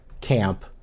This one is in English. camp